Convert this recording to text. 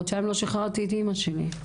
חודשיים לא שיחררתי את אימא שלי...